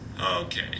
Okay